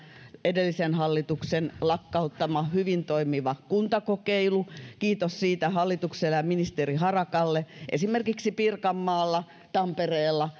edellisen hallituksen lakkauttama hyvin toimiva kuntakokeilu kiitos siitä hallitukselle ja ministeri harakalle esimerkiksi pirkanmaalla tampereella